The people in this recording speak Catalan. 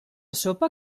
sopa